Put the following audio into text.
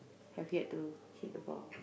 I get to hit the ball